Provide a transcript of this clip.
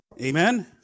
Amen